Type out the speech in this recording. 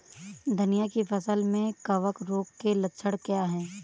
धनिया की फसल में कवक रोग के लक्षण क्या है?